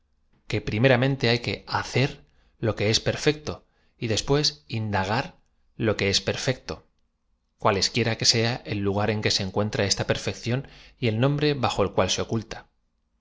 que primeramente hay que hacer lo que es perfecto y des pués indagar lo que ea perfecto cualesquiera que sea el lu gar en que se encuentra esta perfección y el nom bre bajo el cual se oculta